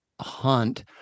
hunt